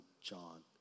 John